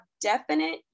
definite